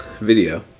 Video